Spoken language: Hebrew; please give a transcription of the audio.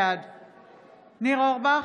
בעד ניר אורבך,